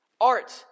Art